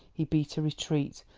he beat a retreat,